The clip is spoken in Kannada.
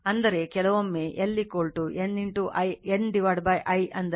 ಅಂದರೆ ಕೆಲವೊಮ್ಮೆ L N i ಅಂದರೆ Li N ಎಂದು ಬರೆಯಿರಿ